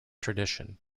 tradition